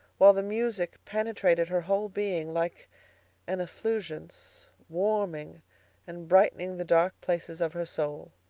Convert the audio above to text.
while the music penetrated her whole being like an effulgence, warming and brightening the dark places of her soul.